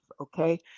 okay